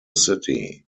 city